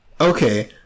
okay